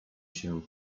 się